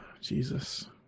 Jesus